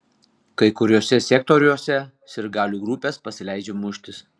kai kuriuose sektoriuose sirgalių grupės pasileidžia muštis